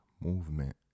movement